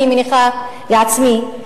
אני מניחה לעצמי,